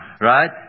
Right